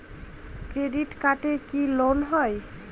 Credit কার্ডে কি loan হয়?